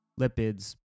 lipids